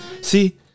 See